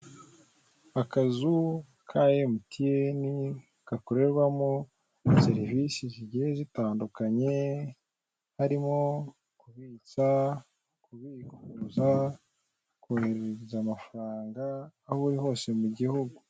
Akazu ka MTN gakorerwamo serivise zigiye zitandukanye, harimo kubitsa, kubikuza, kohereza amafaranga aho uri hose mu gihugu.